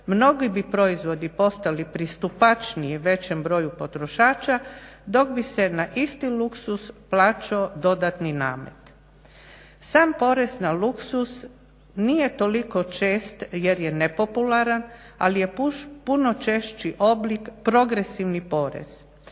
mnogi bi proizvodi postali pristupačniji većem broju potrošača, dok bi se na isti luksuz plaćao dodatni namet. Sam porez na luksuz nije toliko čest jer je nepopularan, ali je puno češći oblik progresivni porez.